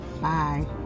Bye